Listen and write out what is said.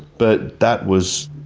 but that was,